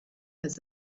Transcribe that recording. has